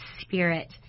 spirit